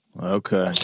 Okay